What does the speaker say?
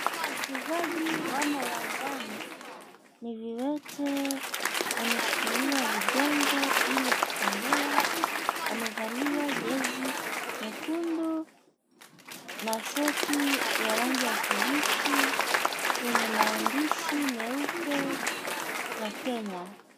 Wachezaji wamo uwanjani, ni viwete wameshikilia vigongo ili kutembea, wamevalia jezi nyekundu na short ya rangi ya kibichi yenye maandishi meupe ya Kenya.